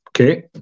Okay